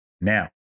Now